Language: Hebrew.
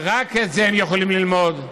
ורק את זה הם יכולים ללמוד.